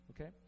okay